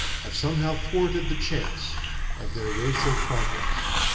have somehow thwarted the chance of their racial progress.